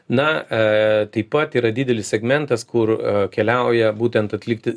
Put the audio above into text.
na taip pat yra didelis segmentas kur keliauja būtent atlikti